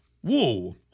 Whoa